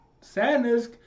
Sadness